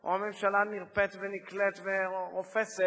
או ממשלה נרפית ונקלית ורופסת